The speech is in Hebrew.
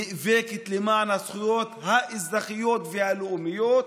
הנאבקת למען הזכויות האזרחיות והלאומיות,